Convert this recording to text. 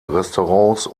restaurants